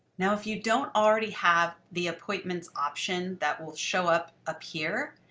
now, if you don't already have the appointments option that will show up up here,